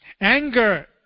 Anger